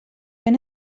ben